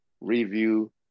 review